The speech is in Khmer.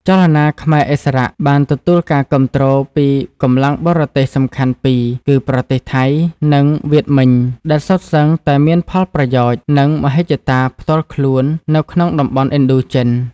ចលនាខ្មែរឥស្សរៈ បានទទួលការគាំទ្រពីកម្លាំងបរទេសសំខាន់ពីរ គឺប្រទេសថៃ និងវៀតមិញ ដែលសុទ្ធសឹងតែមានផលប្រយោជន៍ និងមហិច្ឆតាផ្ទាល់ខ្លួននៅក្នុងតំបន់ឥណ្ឌូចិន។